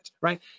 right